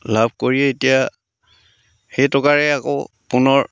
লাভ কৰিয়ে এতিয়া সেই টকাৰে আকৌ পুনৰ